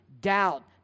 doubt